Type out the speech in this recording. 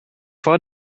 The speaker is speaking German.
vor